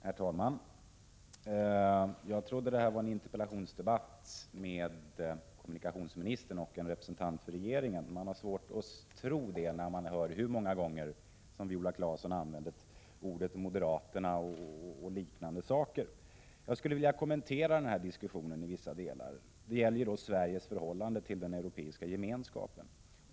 Herr talman! Jag trodde att det här var en interpellationsdebatt där kommunikationsministern deltog som representant för regeringen. Man har emellertid svårt att tro det när man hör hur många gånger Viola Claesson använder ordet ”moderaterna” o.d. Jag skulle vilja kommentera diskussionen i vissa delar. Det gäller ju Sveriges förhållande till den europeiska gemenskapen.